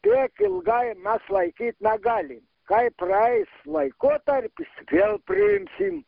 tiek ilgai mes laikyt negalim kai praeis laikotarpis vėl priimsim